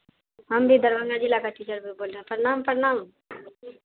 हम भी दरभंगा जिला का टीचर बोल रहें हैं प्रणाम प्रणाम